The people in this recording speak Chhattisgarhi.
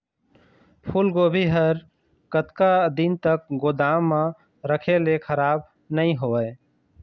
फूलगोभी हर कतका दिन तक गोदाम म रखे ले खराब नई होय?